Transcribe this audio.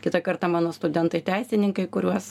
kitą kartą mano studentai teisininkai kuriuos